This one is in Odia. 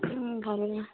ହୁଁ ଭଲ